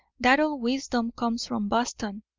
that all wisdom comes from boston.